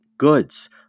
Goods